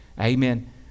Amen